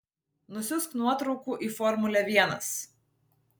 nusiųsk nuotraukų į formulę vienas